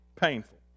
painful